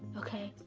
okay?